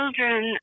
children